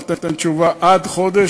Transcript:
אנחנו ניתן תשובה בתוך עד חודש,